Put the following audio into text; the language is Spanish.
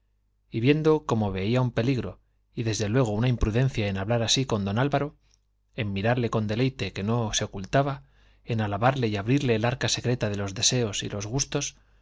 y viendo como veía un peligro y desde luego una imprudencia en hablar así con don álvaro en mirarle con deleite que no se ocultaba en alabarle y abrirle el arca secreta de los deseos y los gustos